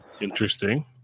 Interesting